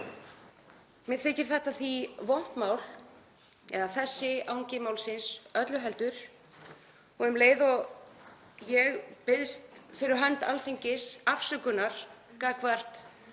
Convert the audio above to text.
Mér þykir þetta því vont mál, eða þessi angi málsins öllu heldur, og um leið og ég biðst fyrir hönd Alþingis afsökunar gagnvart